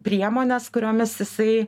priemones kuriomis jisai